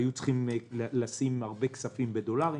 היו צריכים לשים הרבה כספים בדולרים.